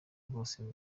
rwose